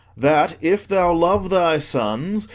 that, if thou love thy sons,